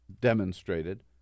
demonstrated